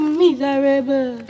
miserable